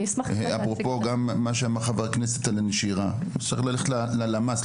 אפרופו מה שאמר חבר הכנסת על הנשירה צריך ללכת ללמ"ס,